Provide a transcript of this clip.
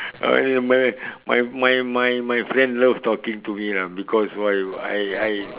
!alamak! my my my my friend love talking to me lah because why I I